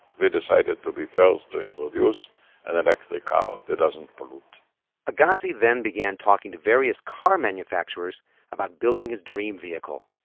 we decided to be first to introduce an electric car that doesn't pollute agassi then began talking to various car manufacturers about building his dream vehicle.